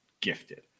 gifted